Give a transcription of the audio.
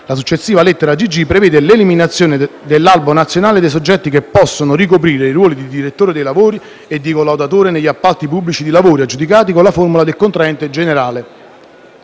La successiva lettera *gg)* prevede l'eliminazione dell'albo nazionale dei soggetti che possono ricoprire i ruoli di direttore dei lavori e di collaudatore negli appalti pubblici di lavori aggiudicati con la formula del contraente generale.